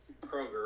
Kroger